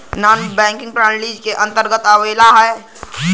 नानॅ banking प्रणाली के अंतर्गत आवेला